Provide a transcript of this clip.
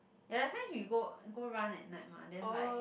ya at times we go go run at night mah then like